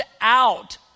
out